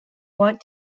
want